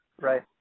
Right